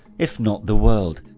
if not the world.